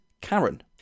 Karen